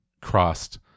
crossed